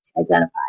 identify